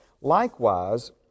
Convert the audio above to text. Likewise